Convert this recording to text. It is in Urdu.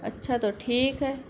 اچھا تو ٹھیک ہے